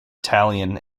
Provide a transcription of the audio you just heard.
italian